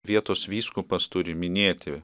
vietos vyskupas turi minėti